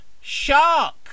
Shark